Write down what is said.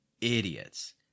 idiots